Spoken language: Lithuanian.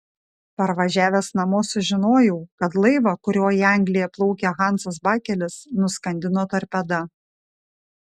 parvažiavęs namo sužinojau kad laivą kuriuo į angliją plaukė hansas bakelis nuskandino torpeda